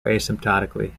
asymptotically